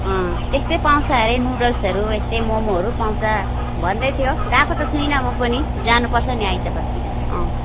अँ त्यस्तै पाउँछ अरे नुडल्सहरू यस्तै मोमोहरू पाउँछ भन्दै थियो गएको त छुइनँ म पनि जानुपर्छ नि आइतबारतिर अँ